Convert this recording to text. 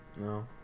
No